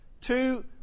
Two